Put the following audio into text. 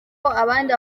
kandi